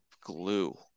glue